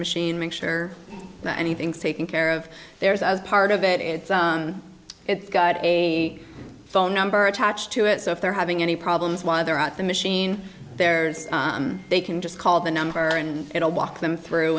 machine make sure that anything's taken care of there's as part of it it's got a phone number attached to it so if they're having any problems while they're at the machine there's they can just call the number and it will walk them through